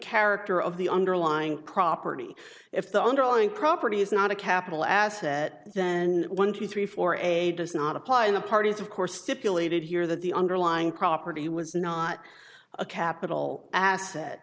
character of the underlying property if the underlying property is not a capital asset then one two three four a does not apply in the parties of course stipulated here that the underlying property was not a capital asset